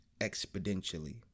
exponentially